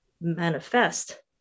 manifest